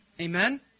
Amen